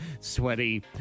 sweaty